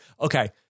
Okay